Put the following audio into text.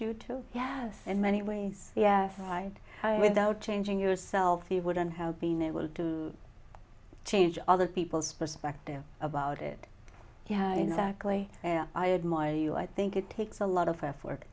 you to yes in many ways fied without changing yourself you wouldn't have been able to change other people's perspective about it yeah exactly and i admire you i think it takes a lot of effort